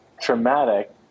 traumatic